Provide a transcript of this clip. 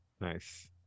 nice